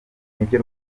nibyo